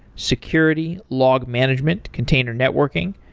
security, log management, container networking,